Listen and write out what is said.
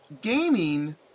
gaming